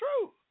true